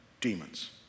demons